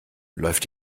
läuft